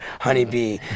honeybee